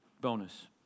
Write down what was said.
Bonus